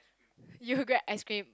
you grab ice-cream